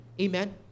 Amen